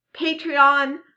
Patreon